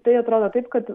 tai atrodo taip kad